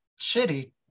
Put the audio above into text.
shitty